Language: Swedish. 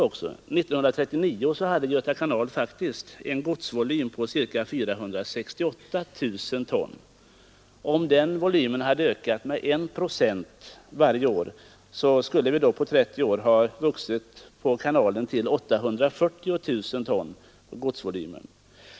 1939 hade Göta kanal faktiskt en godsvolym på 468 000 ton. Om den volymen ökat med 1 procent varje år, skulle den på 30 år ha vuxit till 840 000 ton.